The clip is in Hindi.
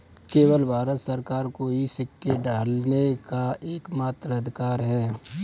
केवल भारत सरकार को ही सिक्के ढालने का एकमात्र अधिकार है